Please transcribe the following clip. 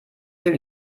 viel